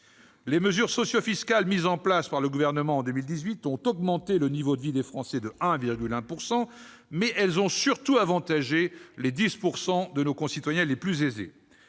Les mesures socio-fiscales mises en place par le Gouvernement en 2018 ont augmenté le niveau de vie des Français de 1,1 %, mais elles ont surtout avantagé les 10 % les plus aisés